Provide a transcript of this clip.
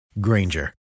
Granger